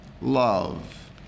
love